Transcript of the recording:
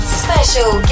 special